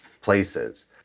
places